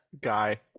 guy